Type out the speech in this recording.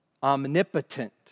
omnipotent